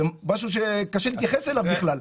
זה משהו שקשה להתייחס אליו בכלל.